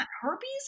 herpes